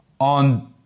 on